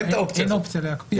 אין אופציה להקפיא.